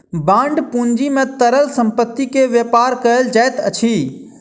bond पूंजी में तरल संपत्ति के व्यापार कयल जाइत अछि